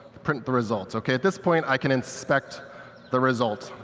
print the result, okay? at this point i can inspect the result.